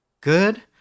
Good